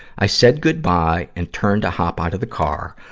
i said goodbye and turned to hop out of the car,